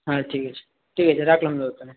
হ্যাঁ ঠিক আছে ঠিক আছে রাখলাম দাদা তাহলে